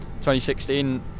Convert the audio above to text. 2016